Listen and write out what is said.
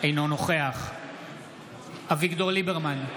אינו נוכח אביגדור ליברמן,